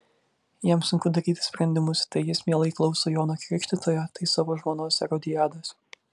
jam sunku daryti sprendimus tai jis mielai klauso jono krikštytojo tai savo žmonos erodiados